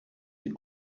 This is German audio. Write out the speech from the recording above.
die